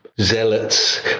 zealots